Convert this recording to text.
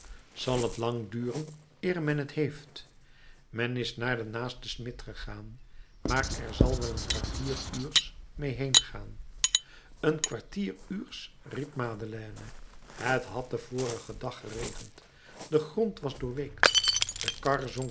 zal t lang duren eer men t heeft men is naar den naasten smid gegaan maar er zal wel een kwartier uurs meê heengaan een kwartier uurs riep madeleine het had den vorigen dag geregend de grond was doorweekt de kar